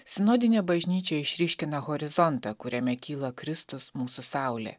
sinodinė bažnyčia išryškina horizontą kuriame kyla kristus mūsų saulė